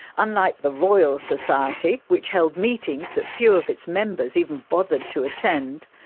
unlike the royal society, which held meetings that few of its members even bothered to attend,